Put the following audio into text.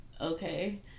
okay